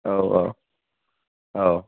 औ औ औ